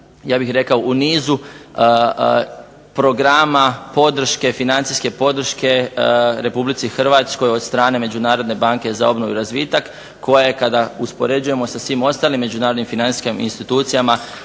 je samo jedna u nizu programa financijske podrške Republici Hrvatskoj od strane Međunarodne banke za obnovu i razvitak koja je kada uspoređujemo sa svim ostalim međunarodnim financijskim institucijama,